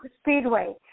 Speedway